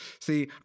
See